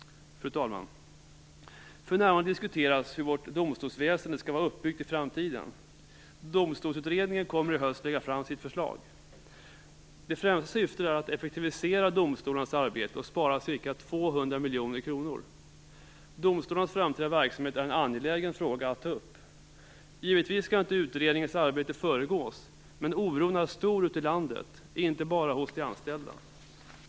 Fru talman! För närvarande diskuteras hur vårt domstolsväsende skall vara uppbyggt i framtiden. Domstolsutredningen kommer i höst att lägga fram sitt förslag. Det främsta syftet är att effektivisera domstolarnas arbete och att spara ca 200 miljoner kronor. Domstolarnas framtida verksamhet är en angelägen fråga att ta upp. Givetvis skall inte utredningens arbete föregås, men oron är stor ute i landet, inte bara hos de anställda.